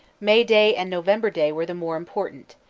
may day and november day were the more important,